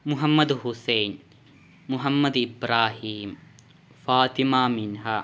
Muhammad Hussain Muhammad Ibrahim Fathima Minha